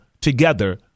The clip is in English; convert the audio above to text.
together